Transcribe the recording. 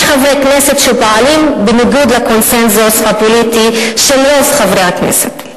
חברי כנסת שפועלים בניגוד לקונסנזוס הפוליטי של רוב חברי הכנסת.